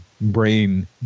brain